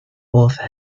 author